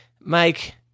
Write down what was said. Mike